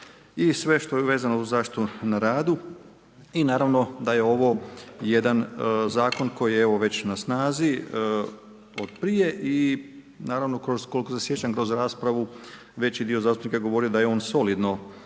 i sve što je vezano uz zaštitu na radu. I naravno da je ovo jedan zakon koji je evo već na snazi od prije i naravno koliko se sjećam kroz raspravu veći dio zastupnika je govorio da je on solidno